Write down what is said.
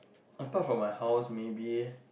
apart from my house maybe